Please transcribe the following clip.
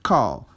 Call